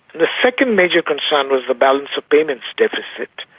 the second major concern was the balance of payments deficit,